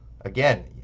again